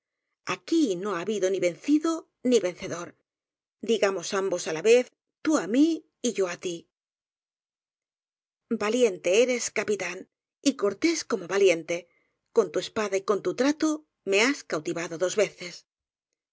aquí no ha habido ni vencido ni vencedor digamos ambos á la vez tú á mí y yo á tí valiente eres capitán y cortés como valiente con til espada y con tu trato me has cautivado dos veces